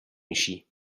میشی